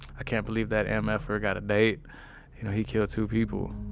i can't believe that and mf-er got a date. you know he killed two people.